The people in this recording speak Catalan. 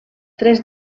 tres